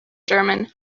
german